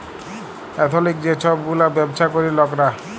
এথলিক যে ছব গুলা ব্যাবছা ক্যরে লকরা